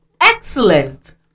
Excellent